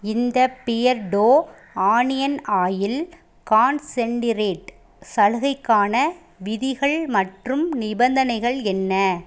இந்த Beardo onion oil concentrate சலுகைக்கான விதிகள் மற்றும் நிபந்தனைகள் என்ன